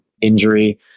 injury